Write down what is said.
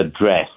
address